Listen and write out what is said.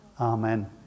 Amen